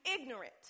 Ignorant